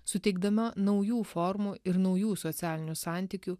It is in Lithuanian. suteikdama naujų formų ir naujų socialinių santykių